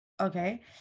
Okay